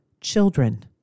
children